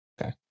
Okay